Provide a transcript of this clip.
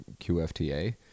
QFTA